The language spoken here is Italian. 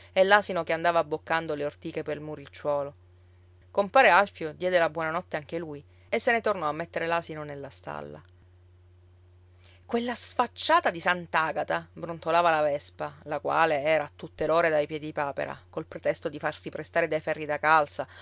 e l'asino che andava abboccando le ortiche pel muricciolo compare alfio diede la buona notte anche lui e se ne tornò a mettere l'asino nella stalla quella sfacciata di sant'agata brontolava la vespa la quale era a tutte l'ore dai piedipapera col pretesto di farsi prestare dei ferri da calza